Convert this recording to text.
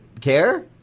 care